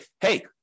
hey